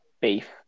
beef